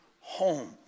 home